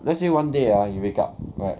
let's say one day ah you wake up right